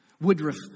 Woodruff